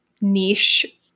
niche